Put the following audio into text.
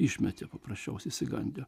išmetė paprasčiausiai išsigandę